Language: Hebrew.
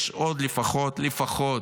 יש עוד לפחות, לפחות,